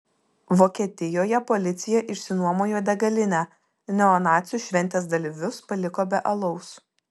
vokietijoje policija išsinuomojo degalinę neonacių šventės dalyvius paliko be alaus